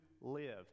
live